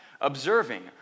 observing